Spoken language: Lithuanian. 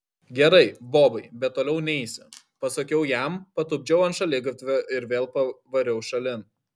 gerai bobai bet toliau neisi pasakiau jam patupdžiau ant šaligatvio ir vėl pavariau šalin